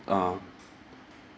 uh